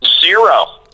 Zero